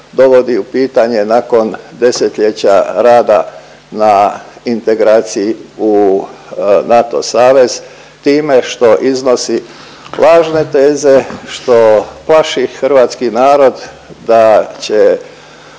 dovodi u pitanje nakon desetljeća rada na integraciji u NATO savez time što iznosi lažne teze, što plaši hrvatski narod da će